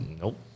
nope